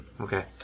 okay